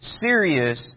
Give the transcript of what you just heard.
serious